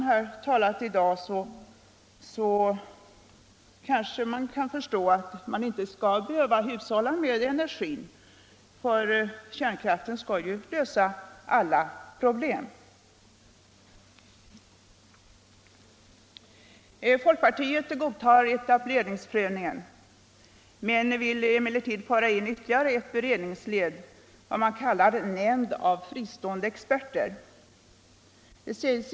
Detta är kanske inte särskilt märkligt, men det har förekommit också när fjärrvärmeanslutning finns i gatan eller snart blir aktuell. I de fallen bör, enligt utskottet, bostadslån inte lämnas om inte anslutning sker.